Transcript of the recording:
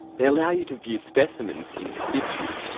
they allow you to view specimens in situ.